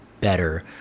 better